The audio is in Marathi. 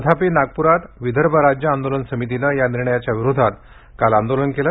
तथापि नागपरात विदर्भ राज्य आंदोलन समितीनं या निर्णयाच्या विरोधात काल आदोलन केलं